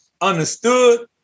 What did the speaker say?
understood